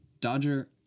Dodger